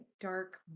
dark